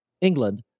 England